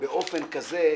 באופן כזה,